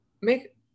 make